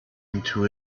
into